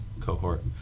cohort